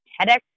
TEDx